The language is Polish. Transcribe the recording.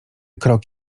krok